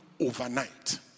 overnight